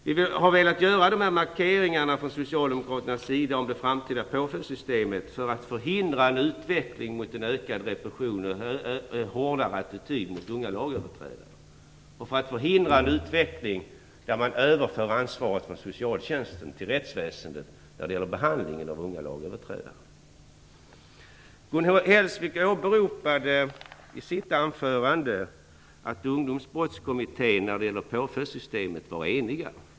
Vi socialdemokrater har velat göra dessa markeringar om det framtida påföljdssystemet för att förhindra en utveckling mot en ökad repression och en hårdare attityd mot unga lagöverträdare samt för att förhindra en utveckling där ansvaret flyttas från socialtjänsten och överförs till rättsväsendet när det gäller behandlingen av unga lagöverträdare. Gun Hellsvik åberopade i sitt anförande att Ungdomsbrottskommittén beträffande påföljdssystemet var enig.